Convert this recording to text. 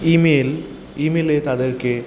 email ইমেলে তাদেরকে